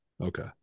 Okay